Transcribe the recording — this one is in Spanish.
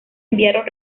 enviaron